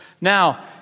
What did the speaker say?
Now